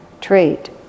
trait